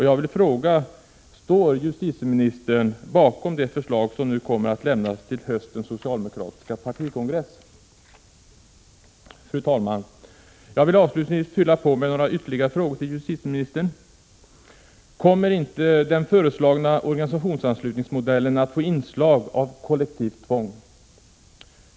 Jag vill då fråga: Står justitieministern bakom det förslag som kommer att lämnas till höstens socialdemokratiska partikongress? Fru talman! Jag vill avslutningsvis fylla på med några ytterligare frågor till justitieministern: Kommer inte den föreslagna organisationsanslutningsmodellen att få inslag av kollektivt tvång?